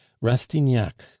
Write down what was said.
Rastignac